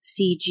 CG